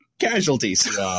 casualties